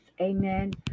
amen